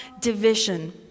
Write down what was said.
division